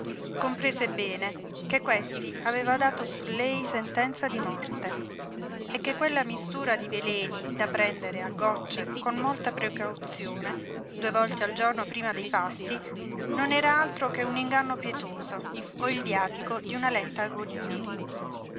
comprese bene che questi aveva dato su lei sentenza di morte e che quella mistura di veleni da prendere a gocce con molta precauzione due volte al giorno prima dei pasti non era altro che un inganno pietoso o il viatico di una lenta agonia